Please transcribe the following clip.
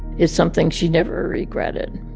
is something she never regretted.